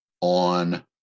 On